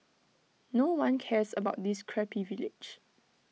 no one cares about this crappy village